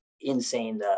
insane